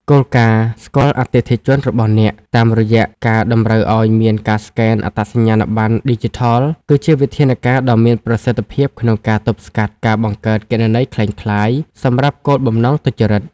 គោលការណ៍ "ស្គាល់អតិថិជនរបស់អ្នក" តាមរយៈការតម្រូវឱ្យមានការស្កែនអត្តសញ្ញាណប័ណ្ណឌីជីថល គឺជាវិធានការដ៏មានប្រសិទ្ធភាពក្នុងការទប់ស្កាត់ការបង្កើតគណនីក្លែងក្លាយសម្រាប់គោលបំណងទុច្ចរិត។